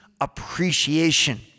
appreciation